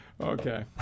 Okay